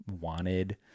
wanted